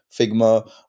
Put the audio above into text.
Figma